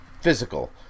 physical